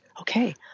okay